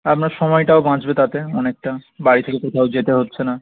আপনার সময়টাও বাঁচবে তাতে অনেকটা বাড়ি থেকে কোথাও যেতে হচ্ছে না